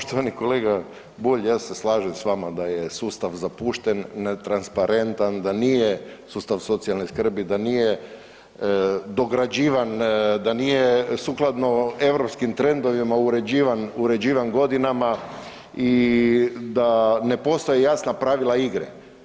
Poštovani kolega Bulj, ja se slažem s vama da je sustav zapušteni, netransparentan, da nije sustav socijalne skrbi, da nije dograđivan, da nije sukladno europskim trendovima uređivan godinama i da ne postoje jasna pravila igre.